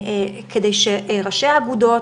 כדי שראשי האגודות,